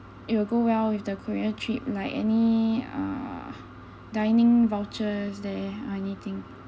it will go well with the korea trip like any uh dining vouchers there anything